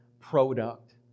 product